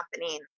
happening